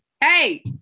Hey